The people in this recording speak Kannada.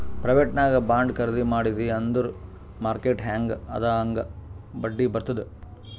ಪ್ರೈವೇಟ್ ನಾಗ್ ಬಾಂಡ್ ಖರ್ದಿ ಮಾಡಿದಿ ಅಂದುರ್ ಮಾರ್ಕೆಟ್ ಹ್ಯಾಂಗ್ ಅದಾ ಹಾಂಗ್ ಬಡ್ಡಿ ಬರ್ತುದ್